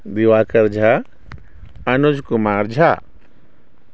Diwakar Jha Anuj Kumar Jha